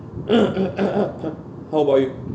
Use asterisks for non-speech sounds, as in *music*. *coughs* how about you